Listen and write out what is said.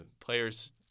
players